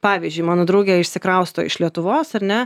pavyzdžiui mano draugė išsikrausto iš lietuvos ar ne